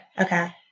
Okay